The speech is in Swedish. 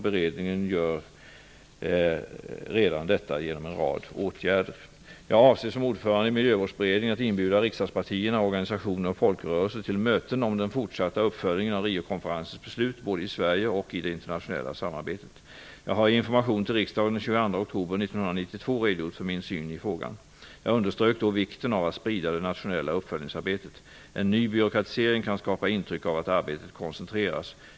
Beredningen gör redan detta genom en rad åtgärder. Jag avser som ordförande i Miljövårdsberedningen att inbjuda riksdagspartierna, organisationer och folkrörelser till möten om den fortsatta uppföljningen av Riokonferensens beslut, både i Sverige och i det internationella samarbetet. Jag har i information till riksdagen den 22 oktober 1992 redogjort för min syn i frågan. Jag underströk då vikten av att sprida det nationella uppföljningsarbetet. En ny byråkratisering kan skapa intryck av att arbetet koncentreras.